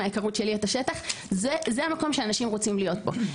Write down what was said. מההכרות שלי את השטח זה המקום שאנשים רוצים להיות בו,